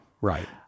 right